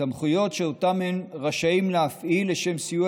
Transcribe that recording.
סמכויות שאותן הם רשאים להפעיל לשם סיוע